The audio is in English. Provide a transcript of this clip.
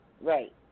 Right